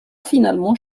finalement